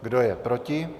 Kdo je proti?